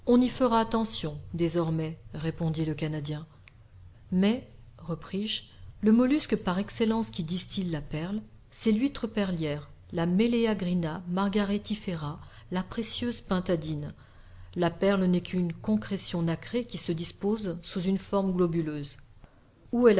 fera attention désormais répondit le canadien mais repris-je le mollusque par excellence qui distille la perle c'est l'huître perlière la méléagrina margaritifera la précieuse pintadine la perle n'est qu'une concrétion nacrée qui se dispose sous une forme globuleuse ou